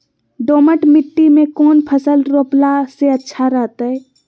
दोमट मिट्टी में कौन फसल रोपला से अच्छा रहतय?